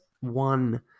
one